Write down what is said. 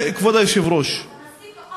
כבוד היושב-ראש -- הנשיא פחות חשוב מהרשימה?